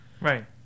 Right